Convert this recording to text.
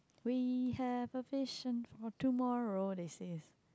we have a vision for tomorrow this is